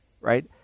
right